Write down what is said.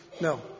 No